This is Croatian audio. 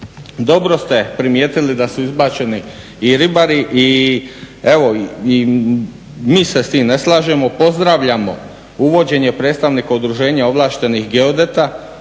Dobro ste primijetili da su izbačeni i ribari i evo i mi se s tim ne slažemo. Pozdravljamo uvođenje predstavnika udruženja ovlaštenih geodeta